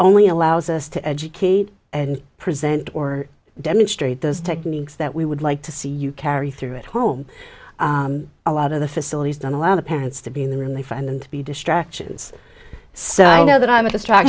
only allows us to educate and present or demonstrate those techniques that we would like to see you carry through at home a lot of the facilities don't allow the parents to be in the room they find them to be distractions so i know that i'm a distr